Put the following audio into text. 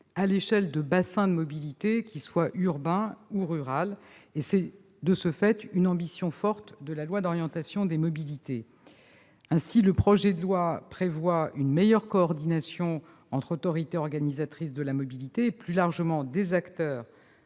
à l'échelle de bassins de mobilité, qu'ils soient urbains ou ruraux. C'est, de ce fait, une ambition forte du projet de loi d'orientation des mobilités. Ainsi, celui-ci prévoit une meilleure coordination entre les autorités organisatrices de la mobilité et, plus largement, les acteurs